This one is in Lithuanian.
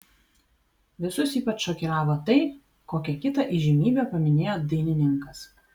visus ypač šokiravo tai kokią kitą įžymybę paminėjo dainininkas